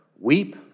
Weep